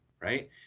right